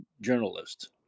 journalist